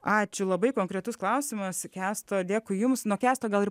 ačiū labai konkretus klausimas į kęsto dėkui jums nuo kęsto gal ir